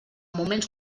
moments